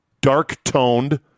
dark-toned